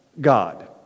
God